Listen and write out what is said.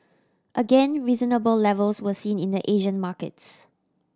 again reasonable levels were seen in the Asian markets